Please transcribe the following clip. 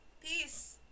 Peace